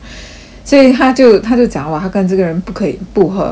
所以他就他就讲 !wah! 他跟这个人不可以不合我就讲 !huh!